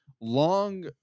long